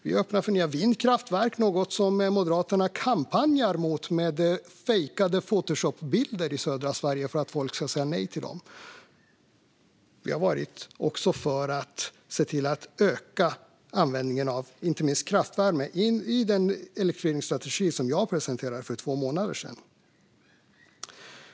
Vi är öppna för nya vindkraftverk, vilket Moderaterna kampanjar mot med fejkade Photoshopbilder i södra Sverige för att folk ska säga nej. Vi var också för att öka användningen av kraftvärme i den elektrifieringsstrategi som jag presenterade för två månader sedan.